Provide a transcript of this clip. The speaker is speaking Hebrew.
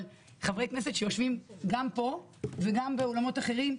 אבל חברי כנסת שיושבים גם פה וגם באולמות אחרים,